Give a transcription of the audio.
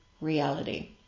reality